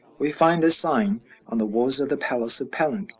we find this sign on the walls of the palace of palenque,